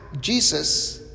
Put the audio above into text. Jesus